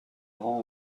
rend